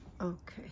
Okay